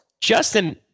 Justin